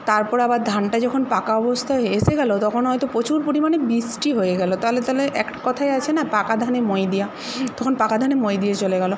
তারপর আবার ধানটা যখন পাকা অবস্থায় এসে গেলো তখন হয়তো প্রচুর পরিমাণে বৃষ্টি হয়ে গেলো তাহলে তাহলে এক কথায় আছে না পাকা ধানে মই দেওয়া তখন পাকা ধানে মই দিয়ে চলে গেলো